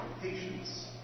patience